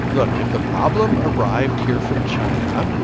look. if the problem arrived here from china,